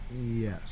Yes